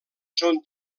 són